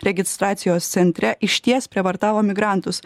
registracijos centre išties prievartavo migrantus